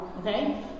Okay